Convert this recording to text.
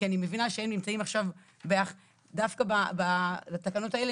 כי אני מבינה שהם נמצאים עכשיו דווקא בתקנות האלה,